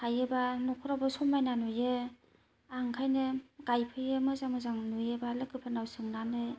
थायोबा नखरावबो समायना नुयो आं ओंखायनो गायफैयो मोजां मोजां नुयोबा लोगोफोरनाव सोंनानै